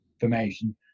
information